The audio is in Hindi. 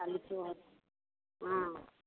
चालीस हजार हाँ